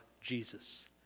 Jesus